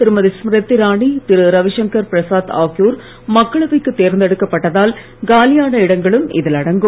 திருமதி ஸ்மிரிதி இரானி திரு ரவிசங்கர் பிரசாத் ஆகியோர் மக்களவைக்கு தேர்தெடுக்கப்பட்டதால் காலியான இடங்களும் இதில் அடங்கும்